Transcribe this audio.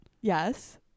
Yes